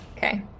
Okay